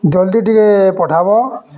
ଜଲ୍ଦି ଟିକେ ପଠାବ